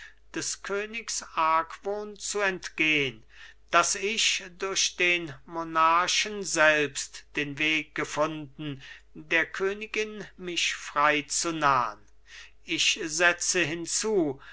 des königs argwohn zu entgehn daß ich durch den monarchen selbst den weg gefunden der königin mich frei zu nahn ich setze hinzu